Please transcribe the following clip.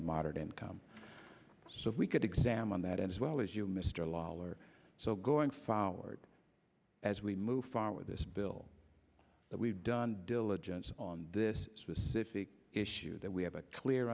and moderate income so we could examine that as well as you mr lawlor so going forward as we move far with this bill that we've done diligence on this specific issue that we have a clear